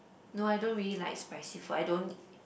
no I don't really like spicy food I don't